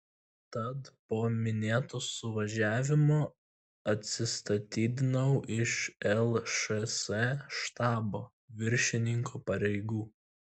tad po minėto suvažiavimo atsistatydinau iš lšs štabo viršininko pareigų